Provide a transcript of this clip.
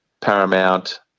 Paramount